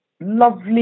lovely